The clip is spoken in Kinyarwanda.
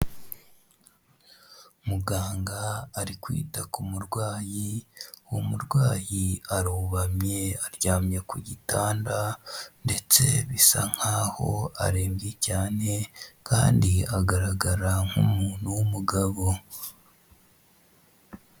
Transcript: Muganga ari kwita ku murwayi, uwo murwayi arubamye aryamye ku gitanda ndetse bisa nk'aho arembye cyane kandi agaragara nk'umuntu w'umugabo.